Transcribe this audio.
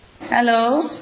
Hello